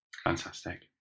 Fantastic